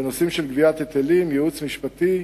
בנושאים של גביית היטלים, ייעוץ משפטי,